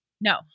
No